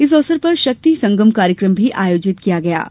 इस अवसर पर शक्ति संगम कार्यक्रम भी आयोजित किया गया है